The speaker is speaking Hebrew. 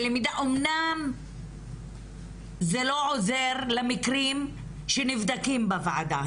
אמנם זה לא עוזר למקרים שנבדקים בוועדה,